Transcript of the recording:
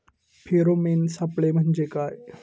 Pheromone सापळे म्हंजे काय?